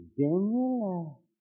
Daniel